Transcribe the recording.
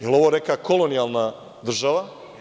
Jel ovo neka kolonijalna država?